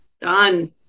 Done